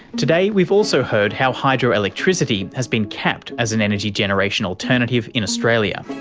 today we've also heard how hydro-electricity has been capped as an energy generation alternative in australia,